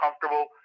comfortable